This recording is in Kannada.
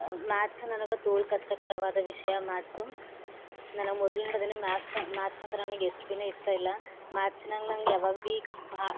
ಮ್ಯಾಥ್ಸ್ ನನಗೆ ತೋಲ್ ಕಷ್ಟಕರವಾದ ವಿಷಯ ಮ್ಯಾಥ್ಸು ನನಗೆ ಮೊದ್ಲಿಡ್ದೆನೇ ಮ್ಯಾಥ್ಸ ಮ್ಯಾಥ್ಸ್ ಅಂದ್ರೆ ನನಗೆ ಎಷ್ಟು ಭೀನೇ ಇಷ್ಟ ಇಲ್ಲ ಮ್ಯಾಥ್ಸಿನಾಗ ನಂಗೆ ಯಾವಾಗ ಭೀ ಭಾ